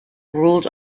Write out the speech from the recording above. ruled